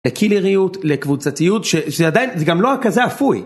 הקילריות לקבוצתיות, שזה עדיין, זה גם לא רק כזה אפוי.